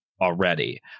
already